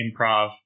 improv